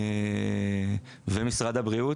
ומשרד הבריאות,